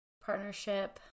Partnership